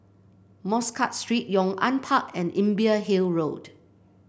Muscat Street Yong An Park and Imbiah Hill Road